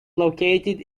located